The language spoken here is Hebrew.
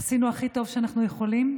עשינו הכי טוב שאנחנו יכולים,